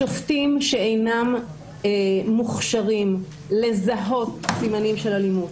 שופטים שאינם מוכשרים לזהות סימני אלימות